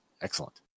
excellent